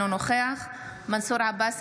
אינו נוכח מנסור עבאס,